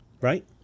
Right